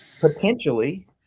potentially